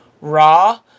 Raw